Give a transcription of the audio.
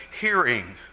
hearing